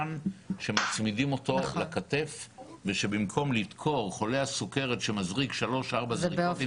אני חושב שצריך להבדיל בין הצורך המובהק